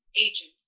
agent